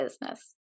business